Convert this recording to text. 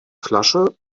flasche